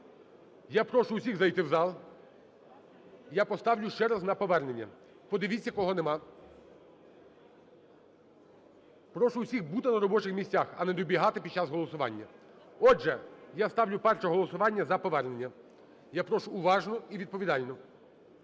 Я прошу усіх зайти в зал, я поставлю ще раз на повернення. Подивіться, кого нема. Прошу усіх бути на робочих місцях, а не вибігати під час голосування. Отже, я ставлю перше голосування – за повернення. Я прошу уважно і відповідально.